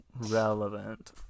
Relevant